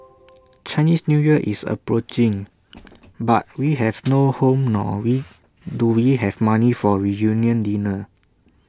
Chinese New Year is approaching but we have no home nor do we have money for A reunion dinner